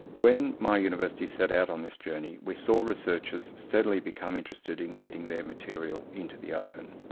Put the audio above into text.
when my university set out on this journey we saw researchers steadily become interested in getting their material into the open.